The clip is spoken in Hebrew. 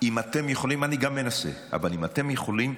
אם אתם יכולים, אני גם מנסה, אבל אם אתם יכולים.